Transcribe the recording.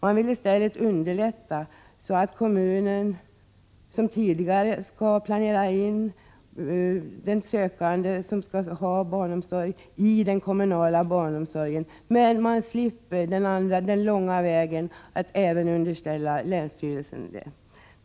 Vi vill i stället underlätta, så att kommunen liksom tidigare skall 39 planera in den barnomsorg som söks i den kommunala barnomsorgsverksamheten men slipper den långa omvägen att även underställa den länsstyrelsen.